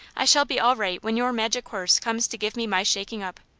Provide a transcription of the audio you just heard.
i shall be all right when your magic horse comes to give me my shaking up.